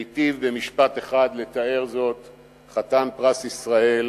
והיטיב לתאר זאת במשפט אחד חתן פרס ישראל